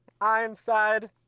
Ironside